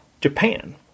Japan